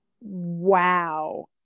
wow